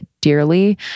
dearly